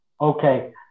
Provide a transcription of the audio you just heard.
Okay